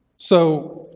so